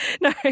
No